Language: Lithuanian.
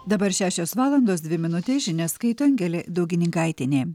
dabar šešios valandos dvi minutės žinias skaito angelė daugininkaitienė